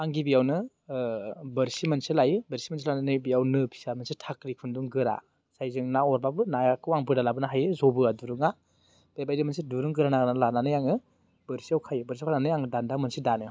आं गिबियावनो बोरसि मोनसे लायो बोरसि मोनसे लानानै बेयाव नो फिसा मोनसे थाख्रि खुन्दुं गोरा जायजों ना अरबाबो नायाखौ आं बोना लाबोनो हायो जबोआ दुरुंआ बेबायदि मोनसे दुरुं गोरा नायगिरना लानानै आङो बोरसियाव खायो बोरसियाव खानानै आं दान्दा मोनसे दानो